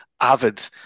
avid